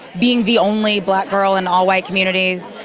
being the only black girl in all-white communities.